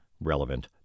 relevant